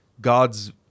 God's